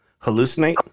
hallucinate